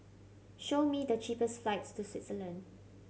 show me the cheapest flights to Switzerland